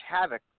havoc